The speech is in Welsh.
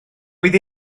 bydd